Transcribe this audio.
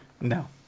no